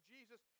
Jesus